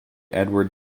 edward